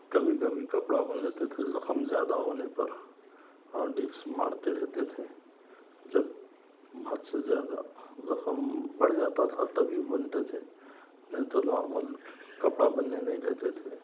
کبھی کبھی کپڑا باندھ لیتے تھے زخم زیادہ ہونے پر اور ڈپس مارتے رہتے تھے جب حد سے زیادہ زخم بڑھ جاتا تھا تبھی بندھتے تھے نہیں تو نارمل کپڑا بننے نہیں دیتے تھے